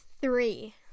three